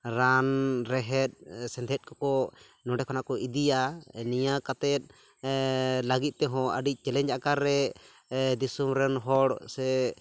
ᱨᱟᱱ ᱨᱮᱦᱮᱫ ᱥᱮᱸᱫᱷᱮᱫᱠᱚ ᱠᱚ ᱱᱚᱰᱮ ᱠᱷᱚᱱᱟᱜ ᱠᱚ ᱤᱫᱤᱭᱟ ᱱᱤᱭᱟᱹ ᱠᱟᱛᱮ ᱞᱟᱹᱜᱤᱫᱛᱮ ᱦᱚᱸ ᱟᱹᱰᱤ ᱡᱮᱞᱮᱧ ᱟᱠᱟᱨ ᱨᱮ ᱫᱤᱥᱚᱢᱨᱮᱱ ᱦᱚᱲ ᱥᱮ